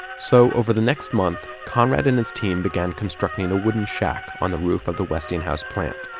so over the next month, conrad and his team began constructing a wooden shack on the roof of the westinghouse plant.